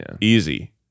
easy